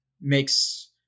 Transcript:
makes